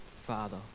father